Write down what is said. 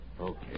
Okay